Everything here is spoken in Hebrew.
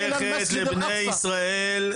שייכת לבני ישראל.